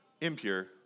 impure